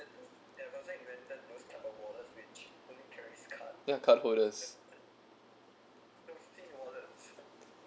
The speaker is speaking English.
ya card holders